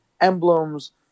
emblems